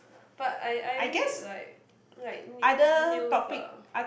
but I I read like like new news ah